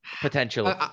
potentially